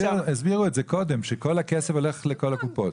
הסבירו את זה קודם, שכל הכסף הולך לכל הקופות.